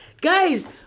guys